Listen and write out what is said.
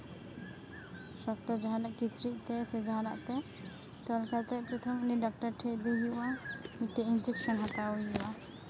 ᱥᱚᱠᱛᱚ ᱡᱟᱦᱟᱱᱟᱜ ᱠᱤᱪᱨᱤᱡ ᱛᱮ ᱥᱮ ᱡᱟᱦᱟᱱᱟᱜ ᱛᱮ ᱛᱚᱞ ᱠᱟᱛᱮᱫ ᱯᱨᱚᱛᱷᱚᱢ ᱩᱱᱤ ᱰᱟᱠᱴᱟᱨ ᱴᱷᱮᱡ ᱤᱫᱤᱭᱮ ᱦᱩᱭᱩᱜᱼᱟ ᱢᱤᱫᱴᱮᱡ ᱤᱧᱡᱮᱠᱥᱮᱱ ᱦᱟᱛᱟᱣ ᱦᱩᱭᱩᱜᱼᱟ